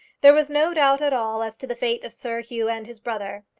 there was no doubt at all as to the fate of sir hugh and his brother.